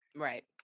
Right